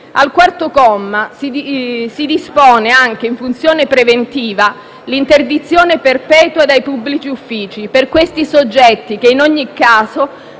Al quarto comma si dispone anche, in funzione preventiva, l'interdizione perpetua dai pubblici uffici per questi soggetti, che in ogni caso